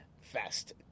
Fest